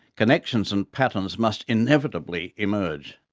connections and patterns must inevitably emerge.